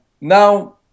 now